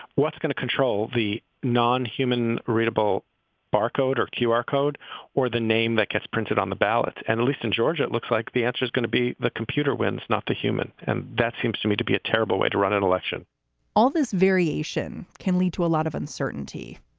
what's going to control the non-human readable barcode or qr code or the name that gets printed on the ballot? and at in georgia, it looks like the answer is going to be the computer wins, not the human. and that seems to me to be a terrible way to run an election all this variation can lead to a lot of uncertainty.